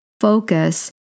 focus